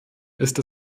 ist